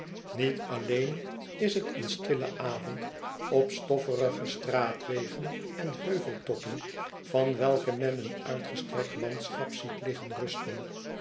niet alleen is het een stille avond op stofferige straatwegen en heuveltoppen van welke men een uitgestrekt landschap ziet liggen rusten